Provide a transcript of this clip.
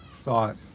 thought